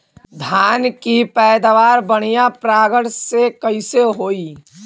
धान की पैदावार बढ़िया परागण से कईसे होई?